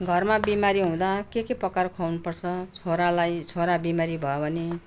घरमा बिमारी हुँदा के के पकाएर खुवाउनु पर्छ छोरालाई छोरा बिमारी भयो भने